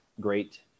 Great